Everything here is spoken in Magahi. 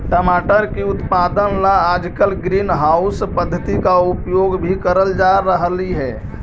टमाटर की उत्पादन ला आजकल ग्रीन हाउस पद्धति का प्रयोग भी करल जा रहलई हे